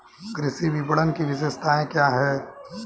कृषि विपणन की विशेषताएं क्या हैं?